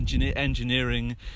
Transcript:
engineering